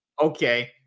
Okay